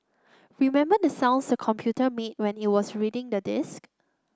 remember the sounds the computer made when it was reading the disk